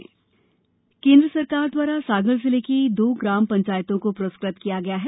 पंचायत पुरस्कार केंद्र सरकार द्वारा सागर जिले की दो ग्राम पंचायतों को प्रूस्कृत किया गया है